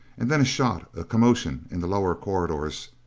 and then a shot a commotion in the lower corridors.